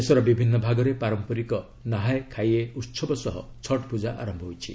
ଦେଶର ବିଭିନ୍ନ ଭାଗରେ ପାରମ୍ପରିକ 'ନାହାୟେ ଖାୟେ' ଉତ୍ସବ ସହ ଛଟ୍ ପୂଜା ଆରମ୍ଭ ହୋଇଛି